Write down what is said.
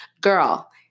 Girl